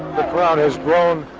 the crowd has grown.